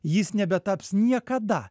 jis nebetaps niekada